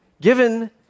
given